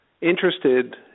interested